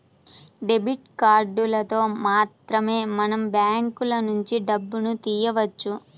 debit కార్డులతో మాత్రమే మనం బ్యాంకులనుంచి డబ్బును తియ్యవచ్చు